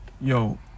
yo